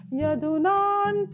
Yadunan